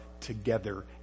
together